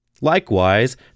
Likewise